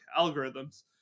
algorithms